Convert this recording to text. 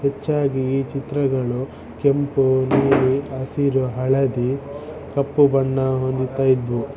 ಹೆಚ್ಚಾಗಿ ಈ ಚಿತ್ರಗಳು ಕೆಂಪು ನೀಲಿ ಹಸಿರು ಹಳದಿ ಕಪ್ಪು ಬಣ್ಣ ಹೊಂದಿತ್ತಾಯಿದ್ವು